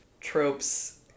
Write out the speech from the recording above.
tropes